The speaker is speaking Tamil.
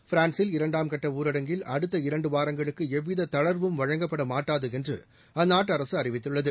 பிரான்சில் இரண்டாம் கட்ட ஊரடங்கில் அடுத்த இரண்டு வாரங்களுக்கு எவ்வித தளங்வும் வழங்கப்படமாட்டாது என்று அந்நாட்டு அரசு அறிவித்துள்ளது